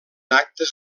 actes